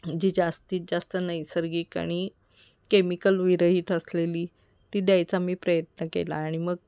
जी जास्तीत जास्त नैसर्गिक आणि केमिकल विरहीत असलेली ती द्यायचा मी प्रयत्न केला आणि मग